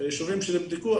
יישובים שנבדקו,